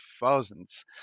thousands